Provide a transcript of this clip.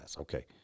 okay